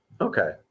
Okay